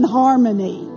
harmony